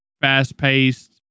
fast-paced